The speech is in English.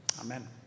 Amen